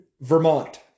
vermont